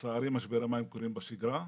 ולצערי משבר מים קורה בשגרה,